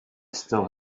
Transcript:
still